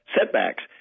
setbacks